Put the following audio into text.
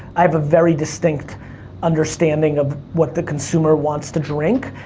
i have a very distinct understanding of what the consumer wants to drink,